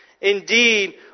indeed